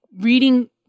reading